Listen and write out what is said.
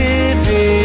Living